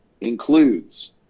includes